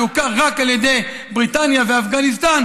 שהוכר רק על ידי בריטניה ואפגניסטן,